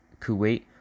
Kuwait